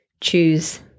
choose